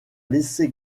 laissé